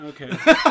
Okay